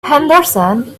henderson